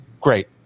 Great